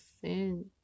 sin